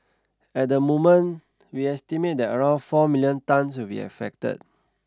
at the moment we estimate that around four million tonnes will be affected